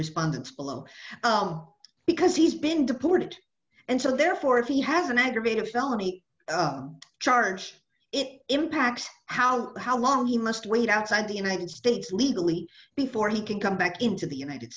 respondent below because he's been deported and so therefore if he has an aggravated felony charge it impacts how how long he must wait outside the united states legally before he can come back into the united